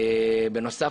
בנוסף,